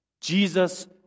Jesus